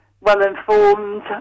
well-informed